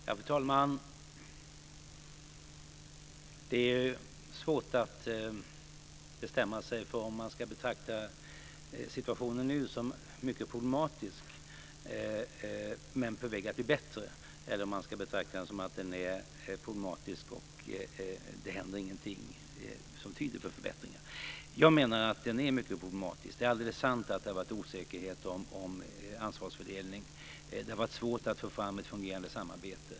Fru talman! Det är svårt att bestämma sig för om man ska betrakta situationen nu som problematisk men på väg att bli bättre, eller om man ska betrakta den som problematisk och att ingenting händer som tyder på förbättringar. Jag menar att situationen är problematisk. Det är alldeles sant att det har varit osäkerhet om ansvarsfördelning, och det har varit svårt att få fram ett fungerande samarbete.